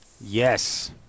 Yes